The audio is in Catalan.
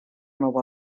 nova